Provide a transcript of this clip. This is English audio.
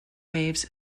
waves